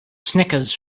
snickers